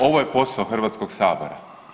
Ovo je posao Hrvatskoga sabora.